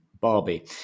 Barbie